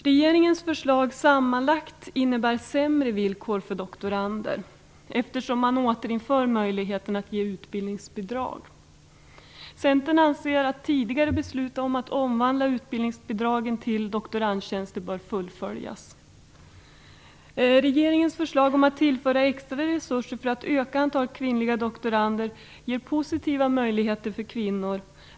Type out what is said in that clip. Regeringens förslag innebär sammantaget sämre villkor för doktorander eftersom man återinför möjligheten att ge utbildningsbidrag. Centern anser att tidigare beslut om att omvandla utbildningsbidragen till doktorandtjänster bör fullföljas. Regeringens förslag om att tillföra extra resurser för att öka antalet kvinnliga doktorander ger positiva möjligheter för kvinnor.